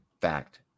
fact